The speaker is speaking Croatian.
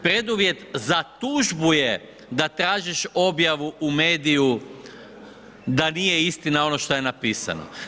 Preduvjet za tužbu je da tražiš objavu u mediju da nije istina ono šta je napisano.